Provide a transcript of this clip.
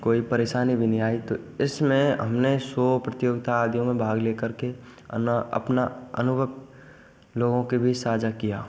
कोई परेशानी भी नहीं आई तो इसमें हमने शो प्रतियोगिता दोनों में आदियों में भाग लेकर के अना अपना अनुभव लोगों के बीच साझा किया